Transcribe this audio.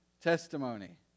testimony